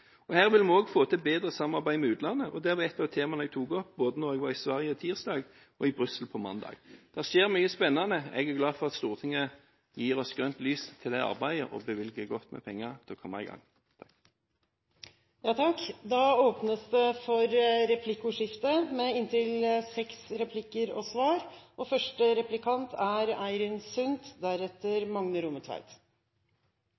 selv. Her vil vi også få til bedre samarbeid med utlandet, og det var ett av de temaene jeg tok opp, både da jeg var i Sverige tirsdag og i Brussel mandag. Det skjer mye spennende. Jeg er glad for at Stortinget gir oss grønt lys til dette arbeidet og bevilger godt med penger til å komme i gang. Det blir replikkordskifte. Jeg er ikke så overrasket over at statsråden har funnet mye bra i Samferdselsdepartementet, for der er